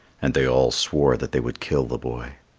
and they all swore that they would kill the boy.